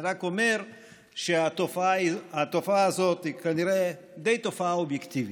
אני רק אומר שהתופעה הזאת היא כנראה תופעה די אובייקטיבית.